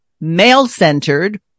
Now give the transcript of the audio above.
male-centered